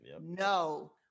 No